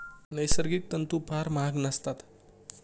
नैसर्गिक तंतू फार महाग नसतात